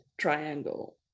triangle